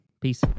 Peace